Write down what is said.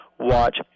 watch